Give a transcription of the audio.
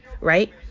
right